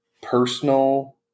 personal